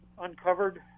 uncovered